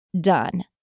done